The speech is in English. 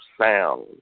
sound